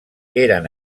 eren